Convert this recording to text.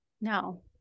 No